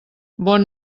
bon